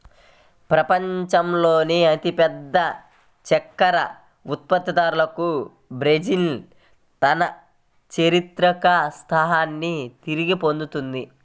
ప్రపంచంలోనే అతిపెద్ద చక్కెర ఉత్పత్తిదారుగా బ్రెజిల్ తన చారిత్రక స్థానాన్ని తిరిగి పొందింది